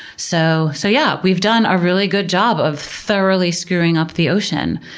so so yeah, we've done a really good job of thoroughly screwing up the ocean.